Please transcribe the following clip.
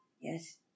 Yes